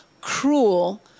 cruel